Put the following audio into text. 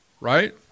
Right